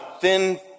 thin